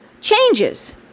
changes